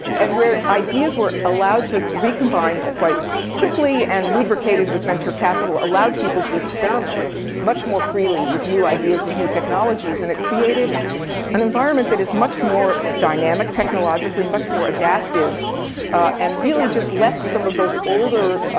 and where ideas were allowed to recombine quite quickly and, lubricated with venture capital, allowed people to experiment much more freely with new ideas, with new technologies. and it created an environment that is much more dynamic technologically, much more adaptive and really just left some of those older,